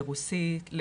לרוסית.